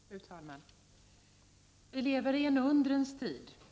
Fru talman! Vi lever i en undrens tid.